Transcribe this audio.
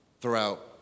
throughout